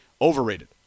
overrated